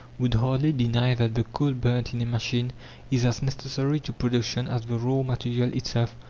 would hardly deny that the coal burnt in a machine is as necessary to production as the raw material itself.